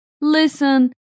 listen